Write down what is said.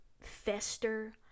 fester